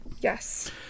Yes